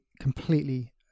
completely